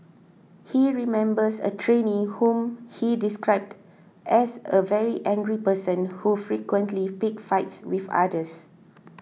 he remembers a trainee whom he described as a very angry person who frequently picked fights with others